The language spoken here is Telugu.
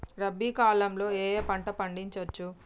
రబీ కాలంలో ఏ ఏ పంట పండించచ్చు?